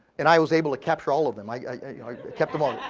and i was able to capture all of them. i kept them all.